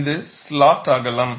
இது ஸ்லாட் அகலம்